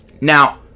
Now